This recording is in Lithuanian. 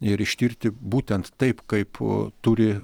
ir ištirti būtent taip kaip turi